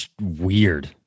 weird